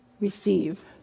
receive